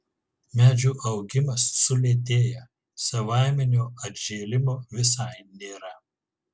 medžių augimas sulėtėja savaiminio atžėlimo visai nėra